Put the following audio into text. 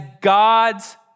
God's